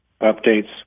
updates